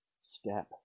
step